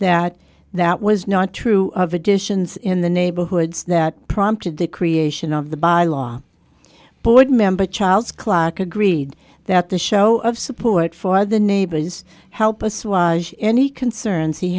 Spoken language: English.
that that was not true of additions in the neighborhoods that prompted the creation of the by law board member charles clarke agreed that the show of support for the neighbors help us was any concerns he